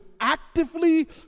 actively